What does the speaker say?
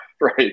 right